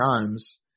times